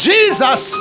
Jesus